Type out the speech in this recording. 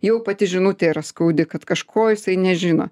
jau pati žinutė yra skaudi kad kažko jisai nežino